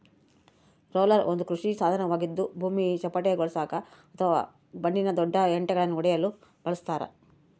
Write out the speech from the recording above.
roller ಒಂದು ಕೃಷಿ ಸಾಧನವಾಗಿದ್ದು ಭೂಮಿ ಚಪ್ಪಟೆಗೊಳಿಸಾಕ ಅಥವಾ ಮಣ್ಣಿನ ದೊಡ್ಡ ಹೆಂಟೆಳನ್ನು ಒಡೆಯಲು ಬಳಸತಾರ